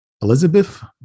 Elizabeth